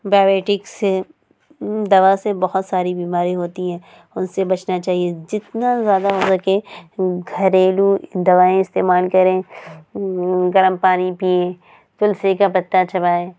biotics سے دوا سے بہت ساری بیماری ہوتی ہیں ان سے بچنا چاہیے جتنا زیادہ ہو سکے گھریلو دوائیں استعمال کریں گرم پانی پئیں تلسی کا پتا چبائیں